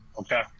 Okay